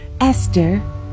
Esther